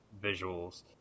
visuals